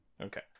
Okay